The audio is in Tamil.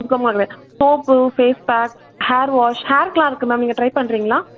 குக்கும்பரில் சோப்பு ஃபேஸ்பேக் ஹேர் வாஷ் ஹேர்க்கெலாம் இருக்குது மேம் நீங்க ட்ரை பண்ணுறீங்களா